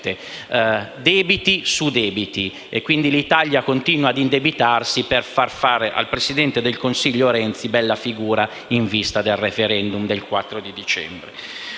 debiti su debiti. L'Italia continua quindi ad indebitarsi per far fare al presidente del Consiglio Renzi bella figura in vista del *referendum* del 4 dicembre.